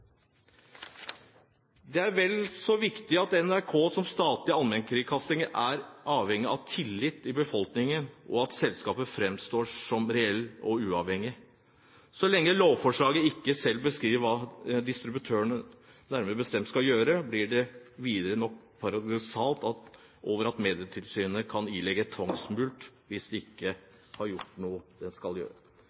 Det er vel så viktig at NRK som statlig allmennkringkaster er avhengig av tillit i befolkningen, og at selskapet framstår som reelt uavhengig. Så lenge lovforslaget ikke selv beskriver hva distributøren nærmere bestemt skal gjøre, blir det videre noe paradoksalt at Medietilsynet kan ilegge en tvangsmulkt hvis den ikke har gjort noe den skal gjøre.